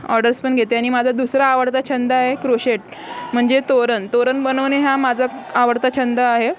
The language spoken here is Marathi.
ऑर्डर्स पण घेते आणि माझा दुसरा आवडता छंद आहे क्रोशेट म्हणजे तोरण तोरण बनवणे हा माझा आवडता छंद आहे